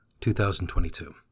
2022